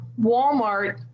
Walmart